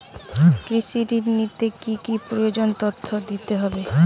কৃষি ঋণ নিতে কি কি প্রয়োজনীয় তথ্য দিতে হবে?